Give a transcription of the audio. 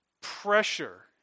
pressure